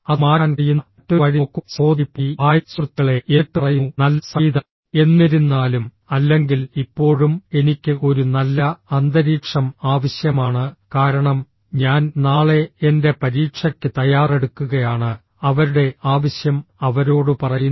അത് മാറ്റാൻ കഴിയുന്ന മറ്റൊരു വഴി നോക്കൂ സഹോദരി പോയി ഹായ് സുഹൃത്തുക്കളേ എന്നിട്ട് പറയുന്നു നല്ല സംഗീതം എന്നിരുന്നാലും അല്ലെങ്കിൽ ഇപ്പോഴും എനിക്ക് ഒരു നല്ല അന്തരീക്ഷം ആവശ്യമാണ് കാരണം ഞാൻ നാളെ എന്റെ പരീക്ഷയ്ക്ക് തയ്യാറെടുക്കുകയാണ് അവരുടെ ആവശ്യം അവരോട് പറയുന്നു